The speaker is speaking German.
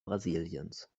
brasiliens